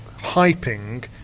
hyping